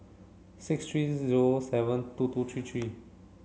six three zero seven two two three three